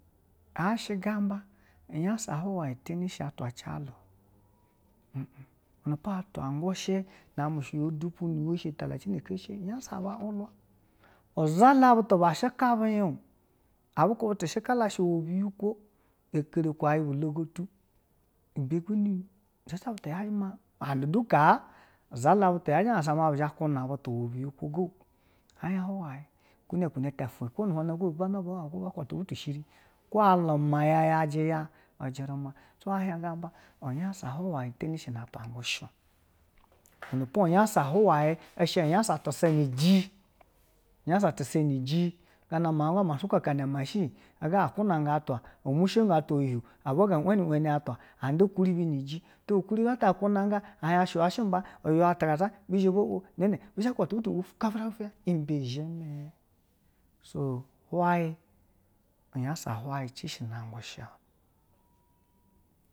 A she gambe unyansa hwayi teni shi atwa jala o ɛ, ɛ atwa ngushi name shi uya dupu ni woshi talace na ku shi ji unyansa ba wula, zha la butu ba shika biyan o a bu kube ti shi ka la shi uwɛn biyikwo o keri ugu iyaba u logotu. ibe gwo nonu zha shi butu yaji ma and tu kaa zha la butu yaji ahansa ma kune butu iwɛ biyikwo go, ɛhien hwayi kune kune ta ibepo bana nu hanna bu zhe ba kuba ta butu shiri kwo aluma ya yaji ujiruma kwo hien gemba unyansa twa hwayi teni shi na ata ngushio, iwene po unyansa hwayi shi unyansa tasanyeji unyansa tasanyeji gana miaun ga ma sukaka mashini ga kuna ngan atwa omu shigo atwa uhiuhiu a bwa ga weni weni atwa a nda kuribi niju to kuribi ata gunagan ihien shi ywa shi mbe ahien iywa kaza bi zha bo, wo ba kuba tabutu wi kafuya ibe zhime, so hwayi, unyansa hwayi ci shi ine atwa ngushi.